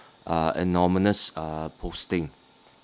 uh anonymous uh posting